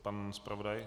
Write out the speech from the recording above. Pan zpravodaj?